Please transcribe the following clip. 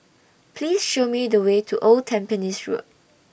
Please Show Me The Way to Old Tampines Road